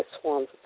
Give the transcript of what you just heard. swarms